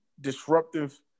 disruptive